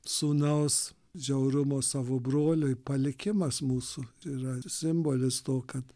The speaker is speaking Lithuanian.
sūnaus žiaurumo savo broliui palikimas mūsų yra ir simbolis to kad